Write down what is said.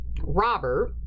Robert